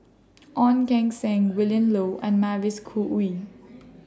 Ong Keng Sen Willin Low and Mavis Khoo Oei